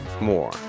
more